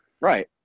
Right